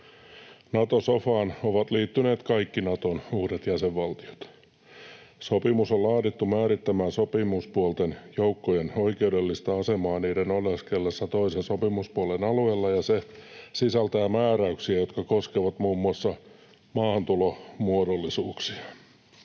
Nato-sofaan ovat liittyneet kaikki Naton uudet jäsenvaltiot. Sopimus on laadittu määrittämään sopimuspuolten joukkojen oikeudellista asemaa niiden oleskellessa toisen sopimuspuolen alueella, ja se sisältää määräyksiä, jotka koskevat muun muassa maahantulomuodollisuuksia,